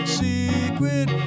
secret